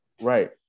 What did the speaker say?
right